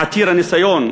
עתיר הניסיון,